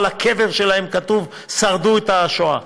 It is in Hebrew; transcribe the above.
על הקבר שלהם כתוב: שרדו את השואה,